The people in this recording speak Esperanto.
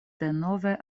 denove